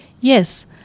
Yes